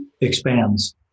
expands